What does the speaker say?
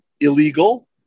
illegal